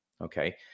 Okay